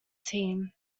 team